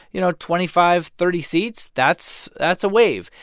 you know, twenty five, thirty seats, that's that's a wave.